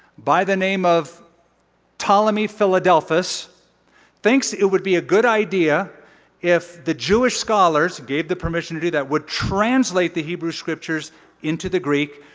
by the name of ptolemy philadelphus thinks it would be a good idea if the jewish scholars gave the permission to do that would translate the hebrew scriptures into the greek.